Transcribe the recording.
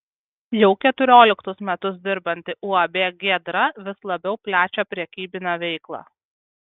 jau keturioliktus metus dirbanti uab giedra vis labiau plečia prekybinę veiklą